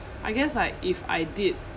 I guess like if I did